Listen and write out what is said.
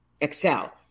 excel